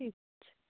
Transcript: ঠিক